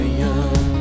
young